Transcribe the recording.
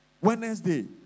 Wednesday